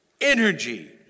energy